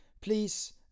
Please